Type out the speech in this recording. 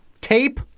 Tape